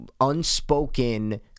unspoken